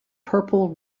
purple